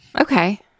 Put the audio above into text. Okay